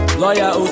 lawyer